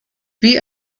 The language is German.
wie